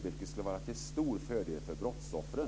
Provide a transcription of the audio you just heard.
Det skulle vara till stor fördel för brottsoffren.